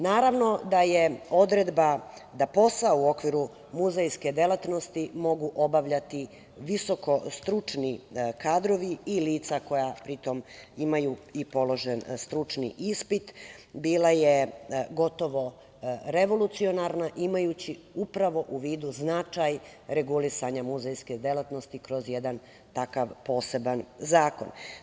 Naravno da je odredba da posao u okviru muzejske delatnosti mogu obavljati visoko stručni kadrovi i lica koja imaju i položen stručni ispit, bila je gotovo revolucionarna, imajući upravo u vidu značaj regulisanja muzejske delatnosti kroz jedan takav poseban zakon.